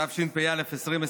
התשפ"א 2021,